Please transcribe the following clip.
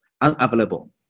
unavailable